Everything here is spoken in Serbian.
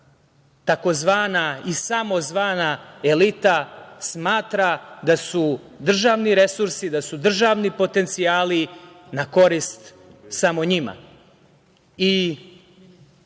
takozvana i samozvana elita smatra da su državni resursi, da su državni potencijali na korist samo